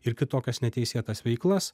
ir kitokias neteisėtas veiklas